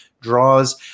draws